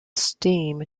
steam